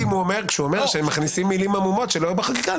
כשהם אומרים שהם מכניסים מילים עמומות שלא היו בחקיקה,